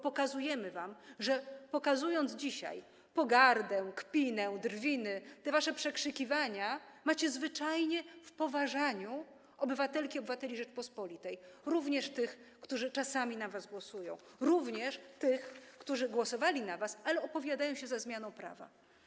Pokazujemy wam, że okazując dzisiaj pogardę, a także poprzez kpinę, drwiny, te wasze przekrzykiwania, udowadniacie, że macie zwyczajnie w poważaniu obywatelki i obywateli Rzeczypospolitej, również tych, którzy czasami na was głosują, również tych, którzy głosowali na was, ale opowiadają się za zmianą prawa.